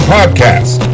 Podcast